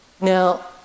Now